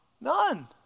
None